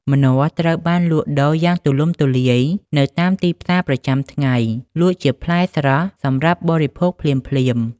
ម្នាស់ត្រូវបានលក់ដូរយ៉ាងទូលំទូលាយនៅតាមទីផ្សារប្រចាំថ្ងៃ លក់ជាផ្លែស្រស់ សម្រាប់បរិភោគភ្លាមៗ។